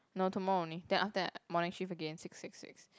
no tomorrow only then after that morning shift again six six six